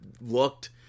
looked